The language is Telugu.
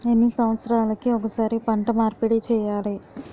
ఎన్ని సంవత్సరాలకి ఒక్కసారి పంట మార్పిడి చేయాలి?